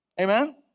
Amen